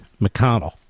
McConnell